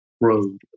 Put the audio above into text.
road